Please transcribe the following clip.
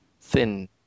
thin